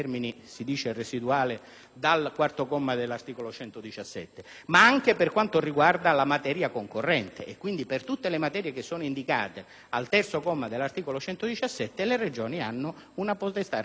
dal quarto comma, ma anche per quanto riguarda le materie concorrenti; quindi, per tutte le materie indicate al terzo comma dell'articolo 117, le Regioni hanno una potestà regolamentare esclusiva.